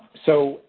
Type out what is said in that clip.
so,